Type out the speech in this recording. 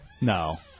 No